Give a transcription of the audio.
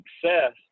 success